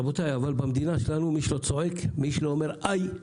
רבותיי, במדינה שלנו, מי שלא אומר: "איי"